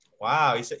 Wow